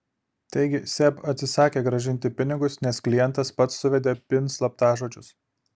taigi seb atsisakė grąžinti pinigus nes klientas pats suvedė pin slaptažodžius